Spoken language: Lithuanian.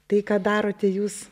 tai ką darote jūs